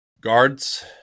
Guards